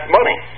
money